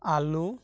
আলু